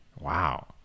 Wow